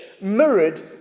mirrored